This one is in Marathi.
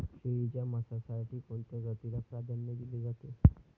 शेळीच्या मांसासाठी कोणत्या जातीला प्राधान्य दिले जाते?